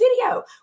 video